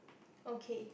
okay